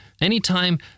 Anytime